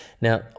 now